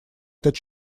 этот